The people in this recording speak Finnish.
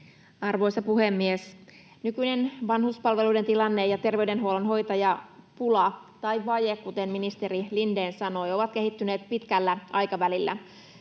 Arvoisa puhemies! Nykyinen vanhuspalveluiden tilanne ja terveydenhuollon hoitajapula, tai ‑vaje, kuten ministeri Lindén sanoi, ovat kehittyneet pitkällä aikavälillä.